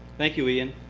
thank you, ian.